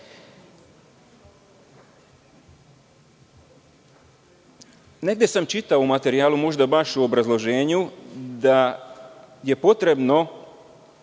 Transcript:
sam čitao u materijalu, možda baš u obrazloženju, da je potrebno